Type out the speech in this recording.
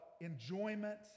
enjoyment